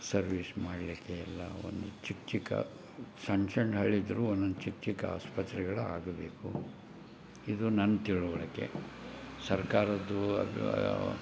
service ಮಾಡಲಿಕ್ಕೆ ಎಲ್ಲ ಒಂದು ಚಿಕ್ಕ ಚಿಕ್ಕ ಸಣ್ಣ ಸಣ್ಣ ಹಳ್ಳಿ ಇದ್ದರೂ ಒನೊಂದು ಚಿಕ್ಕ ಚಿಕ್ಕ ಆಸ್ಪತ್ರೆಗಳು ಆಗಬೇಕು ಇದು ನನ್ನ ತಿಳುವಳಕೆ ಸರ್ಕಾರದ್ದೂ